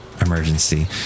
emergency